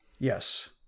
Yes